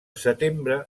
setembre